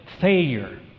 failure